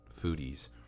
foodies